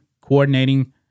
coordinating